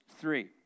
three